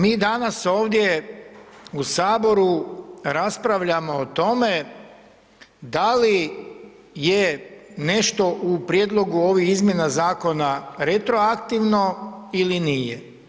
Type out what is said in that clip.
Mi danas ovdje u saboru raspravljamo o tome da li je nešto u prijedlogu ovih izmjena zakona retroaktivno ili nije.